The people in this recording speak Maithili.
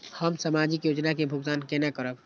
हम सामाजिक योजना के भुगतान केना करब?